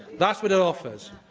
that's what it offers.